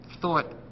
thought